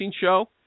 show